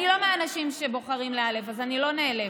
אני לא מהאנשים שבוחרים להיעלב, אז אני לא נעלבת,